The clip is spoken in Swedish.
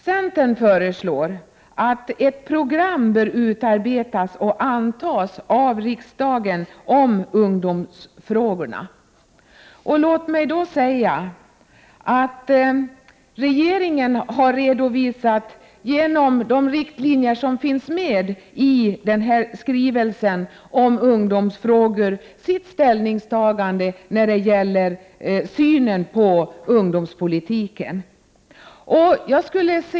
Centern föreslår att ett program om ungdomsfrågorna utarbetas och antas av riksdagen. Regeringen har genom de riktlinjer som finns med i denna skrivelse om ungdomsfrågor redovisat sitt ställningstagande när det gäller synen på ungdomspolitiken.